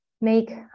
make